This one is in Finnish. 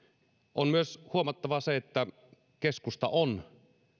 on myös huomattava se että keskusta on